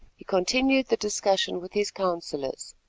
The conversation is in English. he continued the discussion with his counsellors.